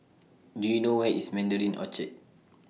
Do YOU know Where IS Mandarin Orchard